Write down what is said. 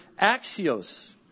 axios